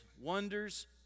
wonders